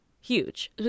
Huge